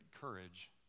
courage